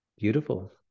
beautiful